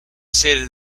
stated